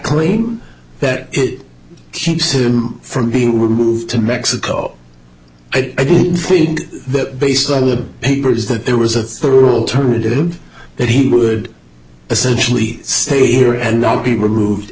claim that it keeps him from being removed to mexico i didn't think that based on the papers that there was a through alternative that he would essentially stay here and not be removed